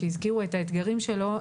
שהזכירו את האתגרים שלו,